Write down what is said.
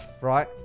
right